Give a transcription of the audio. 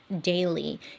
daily